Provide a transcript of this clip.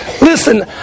Listen